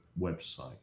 website